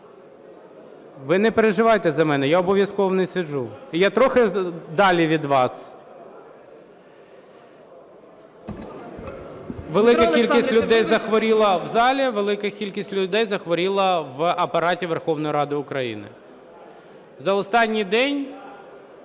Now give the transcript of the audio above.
Ви не переживайте за мене, я обов'язково в ній сиджу, я трохи далі від вас. Велика кількість людей захворіла в залі, велика кількість людей захворіла в Апараті Верховної Ради України. За останні декілька